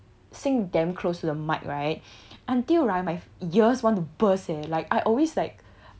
sing damn close to the mic right until right my ears want to burst eh like I always like